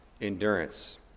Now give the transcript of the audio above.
endurance